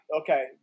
Okay